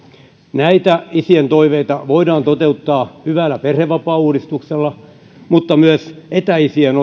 näitä isien toiveita voidaan toteuttaa hyvällä perhevapaauudistuksella mutta etäisien